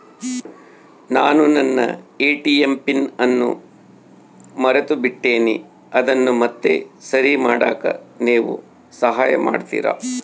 ನಾನು ನನ್ನ ATM PIN ಅನ್ನು ಮರೆತುಬಿಟ್ಟೇನಿ ಅದನ್ನು ಮತ್ತೆ ಸರಿ ಮಾಡಾಕ ನೇವು ಸಹಾಯ ಮಾಡ್ತಿರಾ?